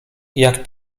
jak